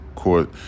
court